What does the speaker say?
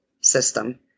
system